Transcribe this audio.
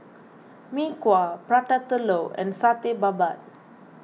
Mee Kuah Prata Telur and Satay Babat